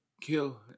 kill